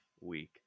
week